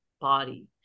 body